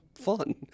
fun